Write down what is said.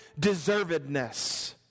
deservedness